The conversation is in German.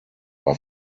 war